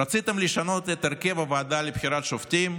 רציתם לשנות את הרכב הוועדה לבחירת שופטים,